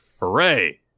Hooray